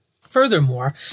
Furthermore